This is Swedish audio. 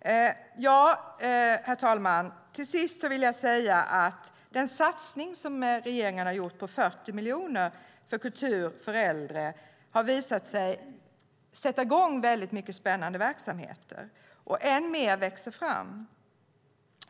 Herr talman! Till sist vill jag säga att den satsning på 40 miljoner som regeringen har gjort på kultur för äldre har satt i gång många spännande verksamheter och än mer växer fram.